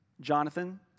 Jonathan